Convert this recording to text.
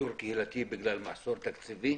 שיטור קהילתי בגלל מחסור תקציבי